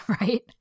right